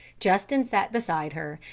justin sat beside her,